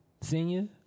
senior